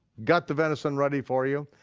got the venison ready for you,